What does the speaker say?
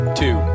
two